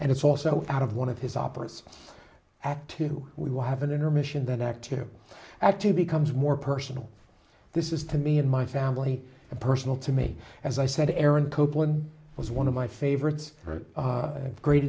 and it's also out of one of his operas act two we will have an intermission that active actually becomes more personal this is to me and my family and personal to me as i said aaron copeland was one of my favorites are the great